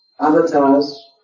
avatars